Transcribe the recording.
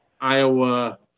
Iowa